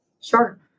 Sure